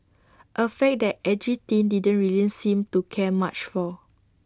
A fact that edgy teen didn't really seem to care much for